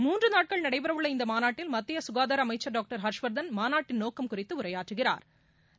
மூன்று நாட்கள் நடைபெறவுள்ள இந்த மாநாட்டில் மத்திய குகாதார அமைச்சள் டான்டர் ஹா்ஷவா்தன் மாநாட்டின் நோக்கம் குறிதது உரையாற்றுகிறாா்